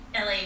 LA